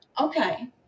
Okay